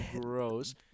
gross